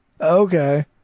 Okay